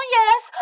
yes